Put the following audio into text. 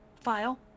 file